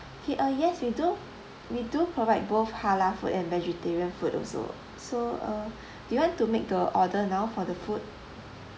okay uh yes we do we do provide both halal food and vegetarian food also so uh you want to make order now for the food